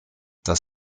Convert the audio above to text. das